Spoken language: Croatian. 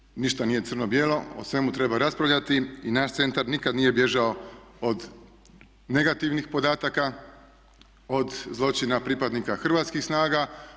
Istina je, ništa nije crno bijelo, o svemu treba raspravljati i naš centar nikad nije bježao od negativnih podataka, od zločina pripadnika hrvatskih snaga.